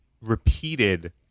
repeated